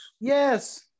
Yes